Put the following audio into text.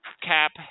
cap